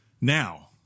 Now